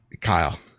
Kyle